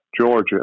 Georgia